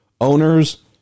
owners